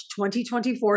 2024